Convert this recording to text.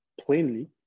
plainly